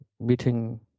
meeting